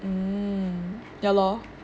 mm ya lor